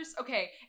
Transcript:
okay